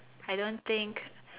I don't think